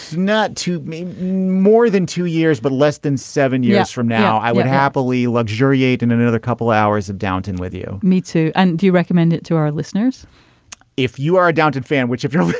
not to me more than two years but less than seven years from now i would happily luxuriate and in another couple hours of downton with you me too and do you recommend it to our listeners if you are downton fan which if you're